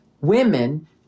women